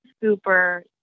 super